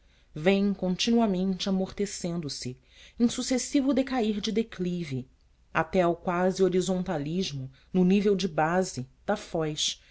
vem continuamente amortecendo se em sucessivo decair de declive até ao quase horizontalismo no nível de base da foz